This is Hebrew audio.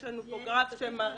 יש לנו פה גרף שמראה